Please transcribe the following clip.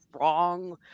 wrong